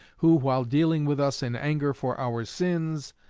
who, while dealing with us in anger for our sins,